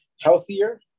healthier